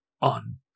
on